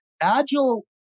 agile